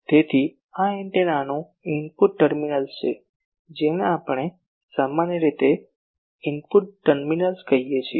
તેથી આ એન્ટેનાનું ઇનપુટ ટર્મિનલ છે જેને આપણે સામાન્ય રીતે આને ઇનપુટ ટર્મિનલ્સ કહીએ છીએ